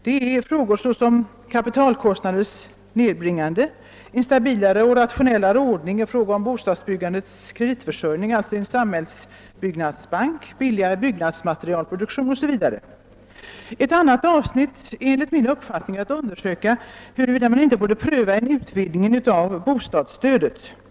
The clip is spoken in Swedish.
Det är sådant såsom kapitalkostnadernas nedbringande, en stabilare och rationellare ordning i fråga om bostadsbyggandets kreditförsörjning — vilket förutsätter Ett annat spörsmål som bör tas upp i detta sammanhang är huruvida inte en utvidgning av bostadsstödet borde prövas.